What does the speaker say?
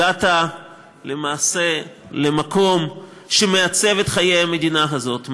הגעת למעשה למקום שמעצב את חיי המדינה הזאת,